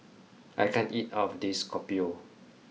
I can't eat all of this kopi O